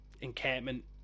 encampment